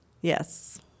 Yes